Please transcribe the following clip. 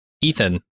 Ethan